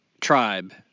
tribe